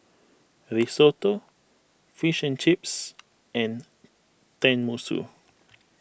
Risotto Fish and Chips and Tenmusu